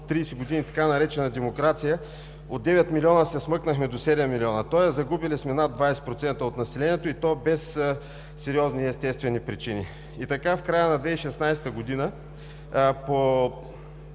от 30 години при така наречената „демокрация“ от девет милиона се смъкнахме до седем милиона, тоест загубили сме над 20% от населението и то без сериозни естествени причини. И така в края на 2016 г. по